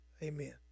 Amen